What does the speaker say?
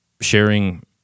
sharing